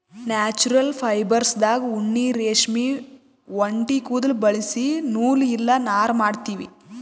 natural ಫೈಬರ್ಸ್ದಾಗ್ ಉಣ್ಣಿ ರೇಷ್ಮಿ ಒಂಟಿ ಕುದುಲ್ ಬಳಸಿ ನೂಲ್ ಇಲ್ಲ ನಾರ್ ಮಾಡ್ತೀವಿ